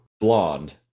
blonde